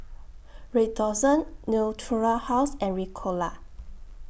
Redoxon Natura House and Ricola